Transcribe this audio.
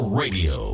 radio